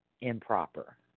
improper